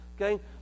Okay